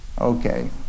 Okay